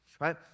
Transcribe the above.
right